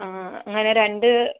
ആ അങ്ങനെ രണ്ട്